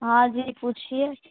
हाँ जी पूछिये